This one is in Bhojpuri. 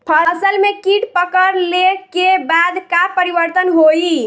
फसल में कीट पकड़ ले के बाद का परिवर्तन होई?